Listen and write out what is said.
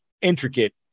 intricate